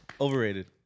Overrated